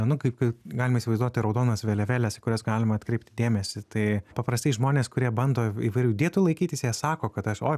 nu kaip kaip galima įsivaizduoti raudonas vėliavėles į kurias galima atkreipti dėmesį tai paprastai žmonės kurie bando įvairių dietų laikytis jie sako kad aš oi